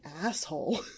asshole